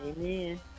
Amen